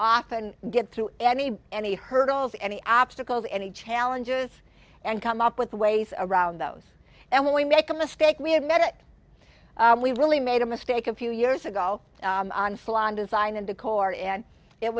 often get through any any hurdles any obstacles any challenges and come up with ways around those and when we make a mistake we have made it we really made a mistake a few years ago on salon design and decor and it